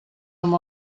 amb